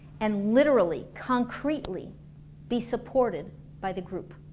and literally, concretely be supported by the group